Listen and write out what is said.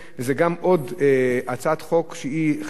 וזו עוד הצעת חוק שהיא חלק,